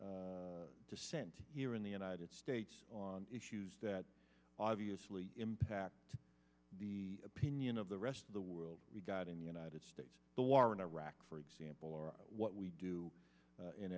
dissent here in the united states on issues that obviously impact the opinion of the rest of the world we got in the united states the war in iraq for example or what we do